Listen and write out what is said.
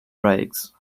brakes